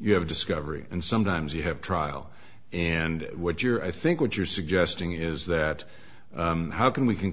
you have discovery and sometimes you have trial and what you're i think what you're suggesting is that how can we